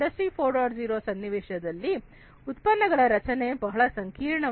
0 ಸನ್ನಿವೇಶದಲ್ಲಿ ಉತ್ಪನ್ನಗಳ ರಚನೆ ಬಹಳ ಸಂಕೀರ್ಣವಾಗಿದೆ